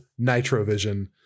Nitrovision